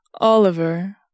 Oliver